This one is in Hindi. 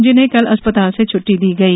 जिन्हें कल अस्पताल से छुट्टी दी गई